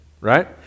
right